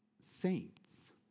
saints